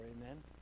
amen